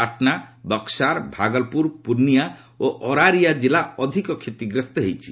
ପାଟନା ବକ୍କାର ଭାଗଲପୁର ପୁର୍ଣ୍ଣିଆ ଓ ଅରାରିଆ ଜିଲ୍ଲା ଅଧିକ କ୍ଷତିଗ୍ରସ୍ତ ହୋଇଛି